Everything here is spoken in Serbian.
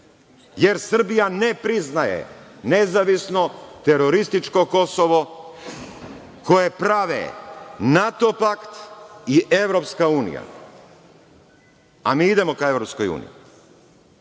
jer Srbija ne priznaje nezavisno terorističko Kosovo koje prave NATO pakt i Evropska unija, a mi idemo ka Evropskoj uniji.